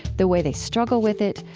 the way they struggle with it,